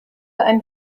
ein